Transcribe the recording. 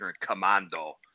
commando